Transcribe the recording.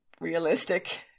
realistic